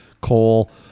coal